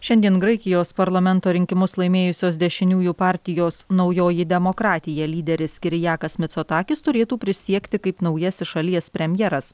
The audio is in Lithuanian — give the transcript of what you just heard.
šiandien graikijos parlamento rinkimus laimėjusios dešiniųjų partijos naujoji demokratija lyderis kirijakas micotakis turėtų prisiekti kaip naujasis šalies premjeras